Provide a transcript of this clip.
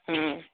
ହୁଁ